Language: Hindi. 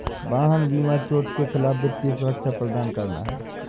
वाहन बीमा चोट के खिलाफ वित्तीय सुरक्षा प्रदान करना है